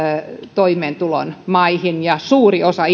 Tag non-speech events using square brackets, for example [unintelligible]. toimeentulon maiksi ja suuri osa [unintelligible]